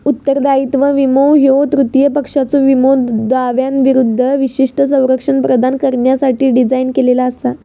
उत्तरदायित्व विमो ह्यो तृतीय पक्षाच्यो विमो दाव्यांविरूद्ध विशिष्ट संरक्षण प्रदान करण्यासाठी डिझाइन केलेला असा